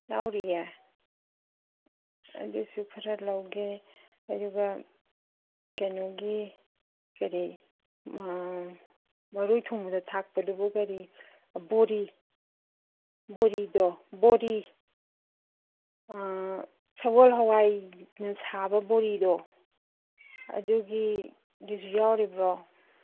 ꯌꯥꯎꯔꯤꯌꯦ ꯑꯗꯨꯁꯨ ꯈꯔ ꯂꯧꯒꯦ ꯑꯗꯨꯒ ꯀꯩꯅꯣꯒꯤ ꯀꯔꯤ ꯃꯔꯣꯏ ꯊꯣꯡꯕꯗ ꯊꯥꯛꯄꯗꯨꯕꯨ ꯀꯔꯤ ꯕꯣꯔꯤ ꯕꯣꯔꯤꯗꯣ ꯕꯣꯔꯤ ꯁꯒꯣꯜꯍꯋꯥꯏꯅ ꯁꯥꯕ ꯕꯣꯔꯤꯗꯣ ꯑꯗꯨꯒꯤꯗꯨꯁꯨ ꯌꯥꯎꯔꯤꯕ꯭ꯔꯣ